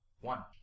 one